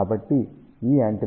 కాబట్టి ఈ యాంటెన్నా 5